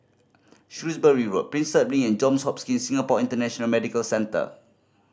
Shrewsbury Road Prinsep Link and Johns Hopkins Singapore International Medical Centre